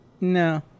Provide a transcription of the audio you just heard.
No